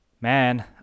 man